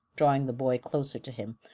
drawing the boy closer to him,